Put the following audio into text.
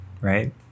right